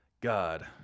God